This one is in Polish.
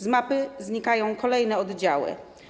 Z mapy znikają kolejne oddziały.